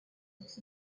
this